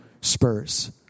Spurs